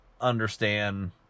understand